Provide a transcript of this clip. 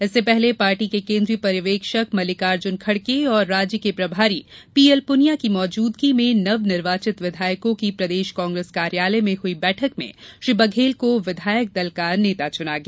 इससे पहले पार्टी के केन्द्रीय पर्यवेक्षक मल्लिकार्जुन खड़गे और राज्य के प्रभारी पी एल पूनिया की मौजूदगी में नवनिर्वाचित विधायकों की प्रदेश कांग्रेस कार्यालय में हुई बैठक में श्री बघेल को विधायक दल का नेता चुना गया